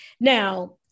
Now